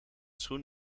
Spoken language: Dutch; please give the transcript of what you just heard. schoen